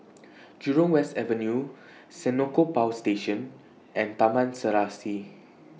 Jurong West Avenue Senoko Power Station and Taman Serasi